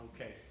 Okay